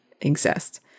exist